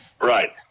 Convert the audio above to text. right